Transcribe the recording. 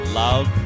love